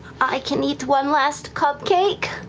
i can eat one last cupcake,